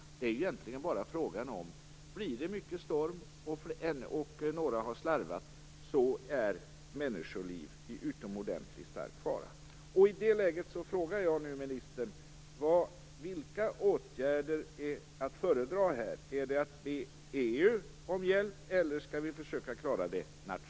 Det räcker egentligen med att det blir mycket storm och att några har slarvat för att människoliv skall vara i utomordentligt stor fara. I det läget frågar jag nu ministern: Vilka åtgärder är att föredra här? Är det att be EU om hjälp, eller skall vi försöka klara det nationellt?